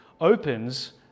opens